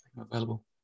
available